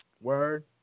Word